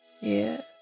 Yes